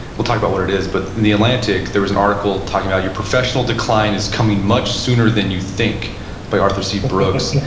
we'll talk about what it is but in the atlantic, there was an article talking about your professional decline is coming much sooner than you think by arthur c. brooks.